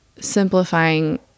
simplifying